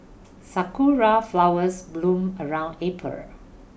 sakura flowers bloom around April